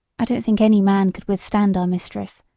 i don't think any man could withstand our mistress.